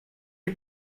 you